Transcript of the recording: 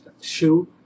shoe